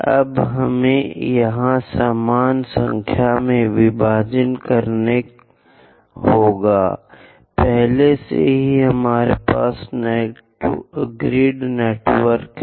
अब हमें यहां समान संख्या में विभाजन करना होगा पहले से ही हमारे पास ग्रिड नेटवर्क है